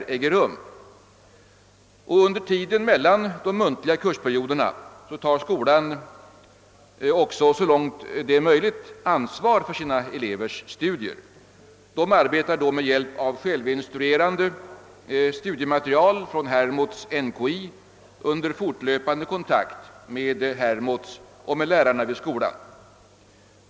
Under tiderna mellan de muntliga kursperioderna tar skolan också så långt det är möjligt ansvar för sina elevers studier. Eleverna arbetar då med hjälp av självinstruerande studiematerial från Hermods-NKI under fortlöpande kontakt med Hermods och med lärarna vid skolan.